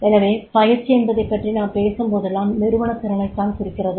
எனவே பயிற்சி என்பதைப் பற்றி நாம் பேசும்போதெல்லாம் நிறுவனத் திறனைத் தான் குறிக்கிறது